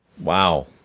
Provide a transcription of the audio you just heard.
Wow